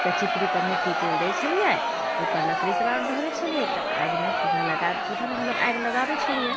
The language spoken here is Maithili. एकटा चिपरीपर मिट्टी तेल दैत छलियै ओहिपर लकड़ीसब आओर धरै छलियै तऽ आगिमे चूल्हा लगा चूल्हामे मतलब आगि लगाबैत छलियै